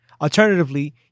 Alternatively